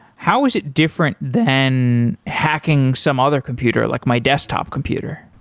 how is it different than hacking some other computer, like my desktop computer?